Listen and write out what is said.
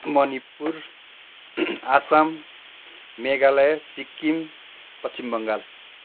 Manipur Assam Meghalaya Sikkim Paschim Bengal